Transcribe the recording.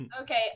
Okay